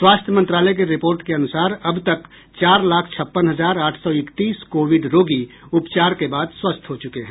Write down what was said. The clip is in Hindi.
स्वास्थ्य मंत्रालय की रिपोर्ट के अनुसार अब तक चार लाख छप्पन हजार आठ सौ इकतीस कोविड रोगी उपचार के बाद स्वस्थ हो चुके हैं